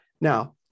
Now